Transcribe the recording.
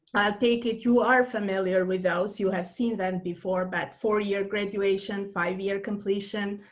take it you are familiar with those. you have seen that before, but four year graduation, five-year completion,